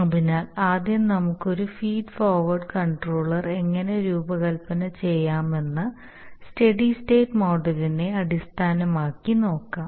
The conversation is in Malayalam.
അതിനാൽ ആദ്യം നമുക്ക് ഒരു ഫീഡ് ഫോർവേർഡ് കൺട്രോളർ എങ്ങനെ രൂപകൽപ്പന ചെയ്യാമെന്ന് സ്റ്റെഡി സ്റ്റേറ്റ് മോഡലിനെ അടിസ്ഥാനമാക്കി നോക്കാം